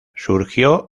surgió